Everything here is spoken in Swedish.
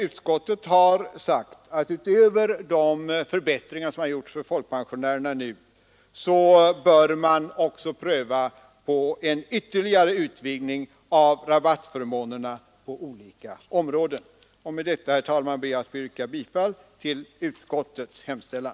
Utskottet har sagt att utöver de förbättringar som nu gjorts för folkpensionärerna bör man också pröva en ytterligare utvidgning av rabattförmånerna på olika områden. Med dessa ord ber jag att få yrka bifall till utskottets hemställan.